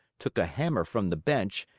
took a hammer from the bench,